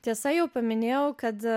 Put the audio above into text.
tiesa jau paminėjau kad